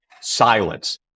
silence